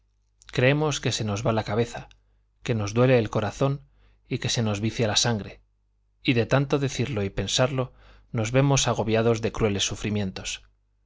creemos que se nos va la cabeza que nos duele el corazón y que se nos vicia la sangre y de tanto decirlo y pensarlo nos vemos agobiados de crueles sufrimientos